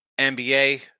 NBA